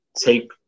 take